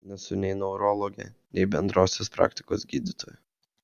nesu nei neurologė nei bendrosios praktikos gydytoja